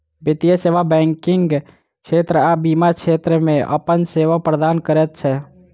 वित्तीय सेवा बैंकिग क्षेत्र आ बीमा क्षेत्र मे अपन सेवा प्रदान करैत छै